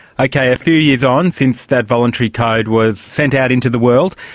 okay, a few years on since that voluntary code was sent out into the world,